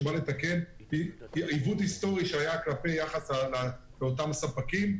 שבא לתקן עיוות היסטורי שהיה כלפי אותם ספקים.